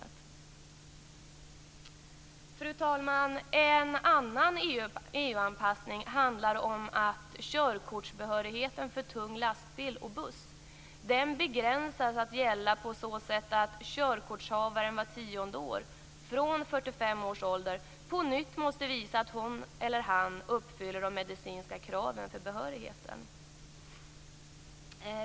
Fru talman! En annan EU-anpassning handlar om att körkortsbehörigheten för tung lastbil och buss begränsas att gälla på så sätt att körkortshavaren var tionde år från 45 års ålder på nytt måste visa att hon eller han uppfyller de medicinska kraven för behörigheten.